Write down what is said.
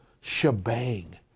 shebang